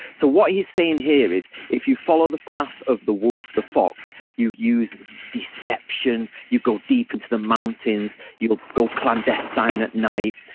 so what he's saying here is if you follow the path of the wolf, the fox, you use deception, you go deep into the mountains, you go clandestine at night,